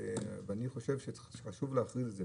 אני חושב שחשוב להכריז את זה.